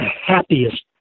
happiest